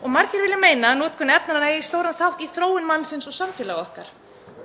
og margir vilja meina að notkun efnanna eigi stóran þátt í þróun mannsins og samfélags okkar.